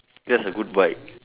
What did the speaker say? just a good bite